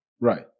right